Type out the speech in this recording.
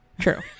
True